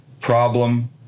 problem